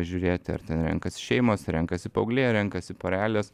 žiūrėti ar ten renkasi šeimos renkasi paaugliai ar renkasi porelės